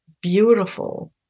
beautiful